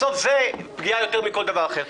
בסוף זו תהיה פגיעה יותר מכל דבר אחר.